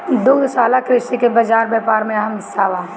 दुग्धशाला कृषि के बाजार व्यापार में अहम हिस्सा बा